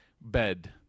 bed